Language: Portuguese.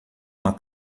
uma